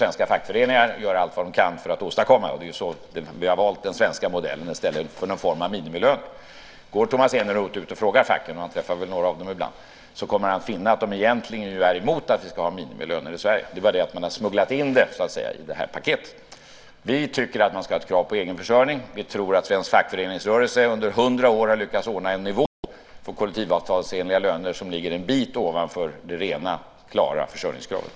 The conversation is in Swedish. Svenska fackföreningar kommer att göra allt vad de kan för att åstadkomma detta. Så är ju den svenska modellen som vi har valt i stället för minimilöner. Tomas Eneroth träffar väl några av fackföreningarna ibland. Frågar han dem finner han att de egentligen är emot minimilöner i Sverige. Det är bara det att man har så att säga smugglat in det i det här paketet. Vi tycker att man ska ställa krav på egenförsörjning. Svensk fackföreningsrörelse har efter hundra år lyckats ordna en nivå på kollektivavtalsenliga löner som ligger en bit ovanför det rena försörjningskravet.